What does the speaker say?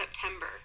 September